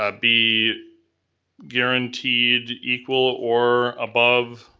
ah be guaranteed equal or above